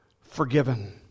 forgiven